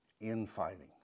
infighting